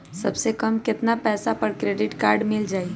सबसे कम कतना पैसा पर क्रेडिट काड मिल जाई?